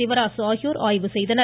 சிவராசு ஆகியோர் ஆய்வு செய்தனர்